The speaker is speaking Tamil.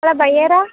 ஹலோ பையரா